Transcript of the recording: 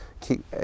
keep